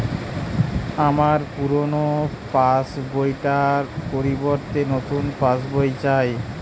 আমার পুরানো passbook টার পরিবর্তে নতুন পাশ বই চাই